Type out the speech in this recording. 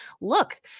look